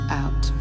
out